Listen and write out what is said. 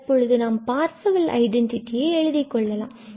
தற்பொழுது நாம் பார்சவெல் ஐடென்டிட்டியை எழுதிக்கொள்ளலாம்